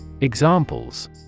Examples